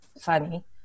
funny